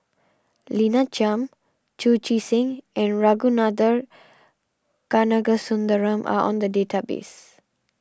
Lina Chiam Chu Chee Seng and Ragunathar Kanagasuntheram are on the database